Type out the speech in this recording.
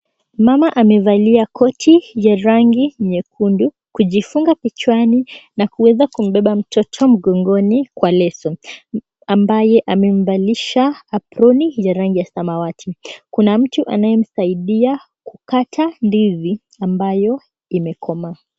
Mama amevalia koti ya rangi nyekundu kujifunga kichwani na kuweza kumbeba mtoto mgongoni kwa leso ambaye amemvalisha aprone ya rangi ya samawati. Kuna mtu anamsaidia kukata ndizi ambayo imekomaa.